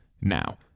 now